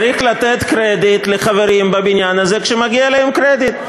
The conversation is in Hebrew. צריך לתת קרדיט לחברים בבניין הזה כשמגיע להם קרדיט,